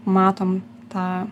matom tą